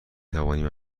توانیم